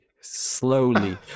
slowly